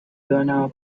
donado